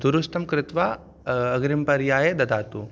दुरुस्तं कृत्वा अग्रिमपर्याये ददातु